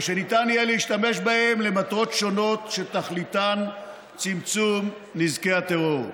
ושניתן יהיה להשתמש בהם למטרות שונות שתכליתן צמצום נזקי הטרור.